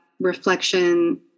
reflection